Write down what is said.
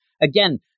again